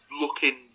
looking